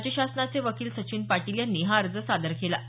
राज्य शासनाचे वकील संचिन पाटील यांनी हा अर्ज सादर केला